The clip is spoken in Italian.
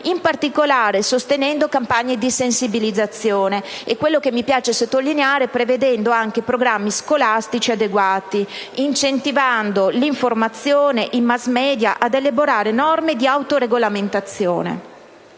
in particolare sostenendo campagne di sensibilizzazione e - mi piace sottolinearlo - prevedendo anche programmi scolastici adeguati, incentivando l'informazione e i *mass media* ad elaborare norme di autoregolamentazione